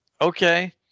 Okay